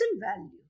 value